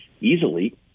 easily